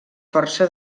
força